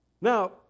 Now